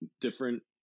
different